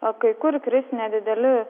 o kai kur kris nedideli